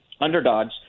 underdogs